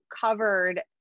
covered